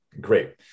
Great